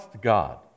God